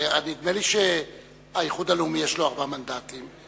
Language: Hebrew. נדמה לי שהאיחוד הלאומי יש לו ארבעה מנדטים,